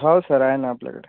हो सर आहे ना आपल्याकडे